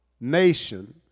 nation